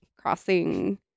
crossing